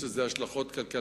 יש לזה השלכות כלכליות.